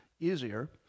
easier